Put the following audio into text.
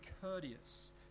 courteous